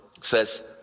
says